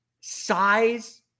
size